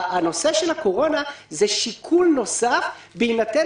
הנושא של הקורונה זה שיקול נוסף בהינתן